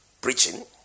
preaching